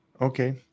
Okay